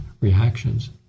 reactions